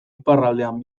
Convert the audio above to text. iparraldean